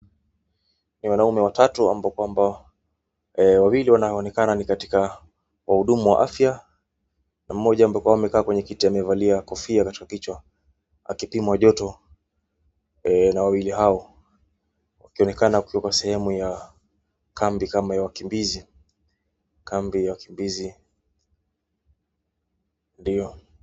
Ni wanaume watatu ambao kwamba wawili wanaonekana ni katika wahudumu wa afya na mmoja ambaye amekaa kwenye kiti amevalia kofia kwa kichwa akipimwa joto na wawili hao. Akionekana kutoka sehemu ya kambi kama ya wakimbizi, kambi ya wakimbizi, ndio.